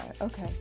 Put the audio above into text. okay